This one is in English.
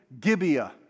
Gibeah